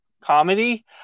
comedy